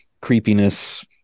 creepiness